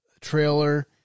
trailer